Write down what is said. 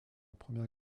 première